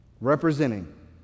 representing